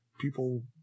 people